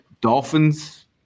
Dolphins